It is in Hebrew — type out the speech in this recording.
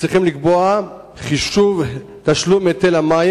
שצריך לקבוע חישוב תשלום היטל המים